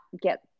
get